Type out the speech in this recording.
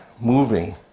moving